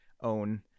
own